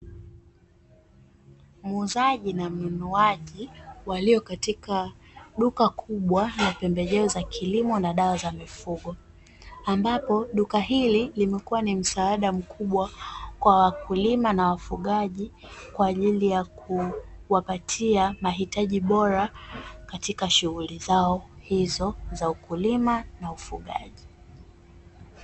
Muuzaji na mnunuaji walio katika duka kubwa la pembejeo za kilimo na dawa za mifugo ambapo duka hili limekuwa ni msaada mkubwa kwa wakulima na wafugaji kwa ajili ya kuwapatia mahitaji bora katika shughuli zao hizo za ukulima na ufugaji .